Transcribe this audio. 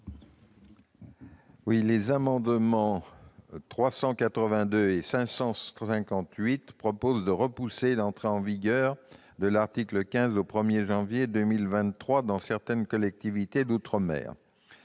? Les amendements n°382 et 558 rectifié tendent à repousser l'entrée en vigueur de l'article 15 au 1 janvier 2023 dans certaines collectivités d'outre-mer.